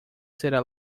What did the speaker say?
será